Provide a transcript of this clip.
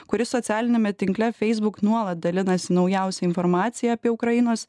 kuris socialiniame tinkle facebook nuolat dalinasi naujausia informacija apie ukrainos